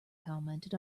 commented